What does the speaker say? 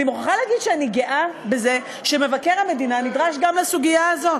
אני מוכרחה לומר שאני גאה בזה שמבקר המדינה נדרש גם לסוגיה הזאת.